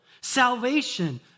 salvation